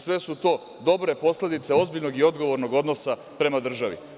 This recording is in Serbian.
Sve su to dobre posledice ozbiljnog i odgovornog odnosa prema državi.